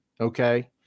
Okay